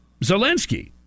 Zelensky